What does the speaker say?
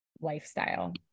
lifestyle